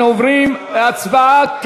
אנחנו עוברים להצבעה על